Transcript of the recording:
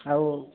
ଆଉ